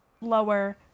lower